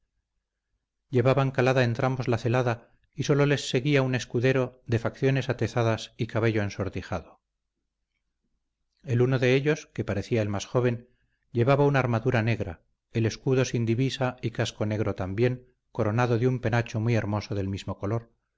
llevaban calada entrambos la celada y sólo les seguía un escudero de facciones atezadas y cabello ensortijado el uno de ellos que parecía el más joven llevaba una armadura negra el escudo sin divisa y casco negro también coronado de un penacho muy hermoso del mismo color